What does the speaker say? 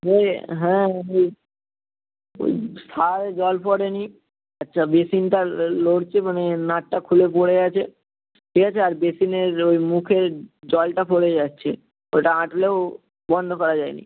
ওই হ্যাঁ ওই ওই সারা রাত জল পড়েনি আচ্ছা বেসিনটা নড়ছে মানে নাটটা খুলে পড়ে গেছে ঠিক আছে আর বেসিনের ওই মুখের জলটা পড়ে যাচ্ছে ওটা আঁটলেও বন্ধ করা যায়নি